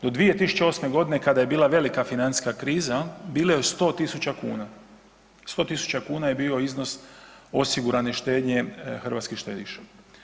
Do 2008. godine kada je bila velika financijska kriza bilo je 100.000 kuna, 100.000 kuna je bio iznos osigurane štednje hrvatskih štediša.